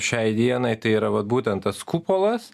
šiai dienai tai yra vat būtent tas kupolas